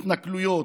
התנכלויות,